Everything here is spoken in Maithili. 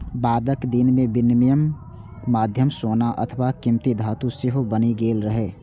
बादक दिन मे विनिमय के माध्यम सोना अथवा कीमती धातु सेहो बनि गेल रहै